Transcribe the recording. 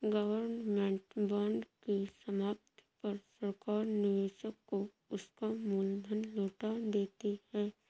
government bond की समाप्ति पर सरकार निवेशक को उसका मूल धन लौटा देती है